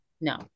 No